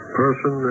person